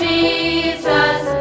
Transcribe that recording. Jesus